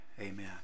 Amen